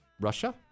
Russia